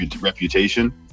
reputation